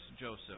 Joseph